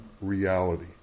reality